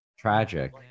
tragic